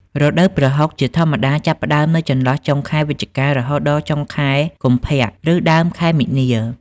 រដូវកាលប្រហុកជាធម្មតាចាប់ផ្តើមនៅចន្លោះចុងខែវិច្ឆិកា រហូតដល់ចុងខែកុម្ភៈ ឬដើមខែមីនា។